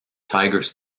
tigers